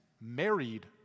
married